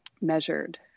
measured